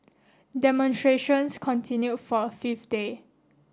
demonstrations continued for a fifth day